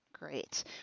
great